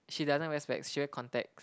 she doesn't wear specs she wear contacts